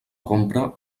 compra